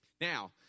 Now